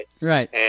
Right